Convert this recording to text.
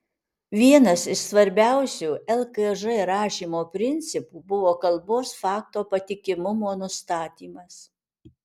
vienas iš svarbiausių lkž rašymo principų buvo kalbos fakto patikimumo nustatymas